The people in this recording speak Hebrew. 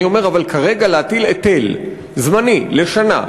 אבל אני אומר כרגע להטיל היטל זמני לשנה,